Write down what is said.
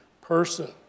person